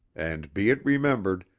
and, be it remembered,